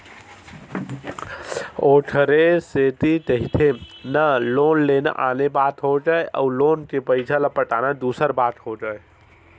ओखरे सेती कहिथे ना लोन लेना आने बात होगे अउ लोन के पइसा ल पटाना दूसर बात होगे